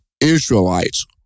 Israelites